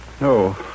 No